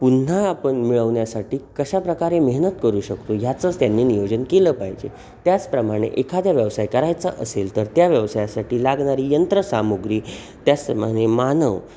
पुन्हा आपण मिळवण्यासाठी कशाप्रकारे मेहनत करू शकतो ह्याचंच त्यांनी नियोजन केलं पाहिजे त्याचप्रमाणे एखादा व्यवसाय करायचा असेल तर त्या व्यवसायासाठी लागणारी यंत्रसामुग्री त्याचप्रमाणे मानव